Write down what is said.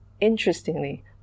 interestingly